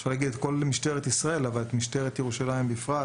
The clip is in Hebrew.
אפשר להגיד את כל משטרת ישראל אבל את משטרת ירושלים בפרט,